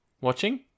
Watching